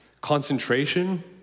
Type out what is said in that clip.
concentration